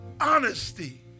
honesty